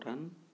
প্ৰধান